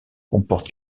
comporte